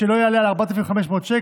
שסכומו לא יעלה על 4,500 שקלים,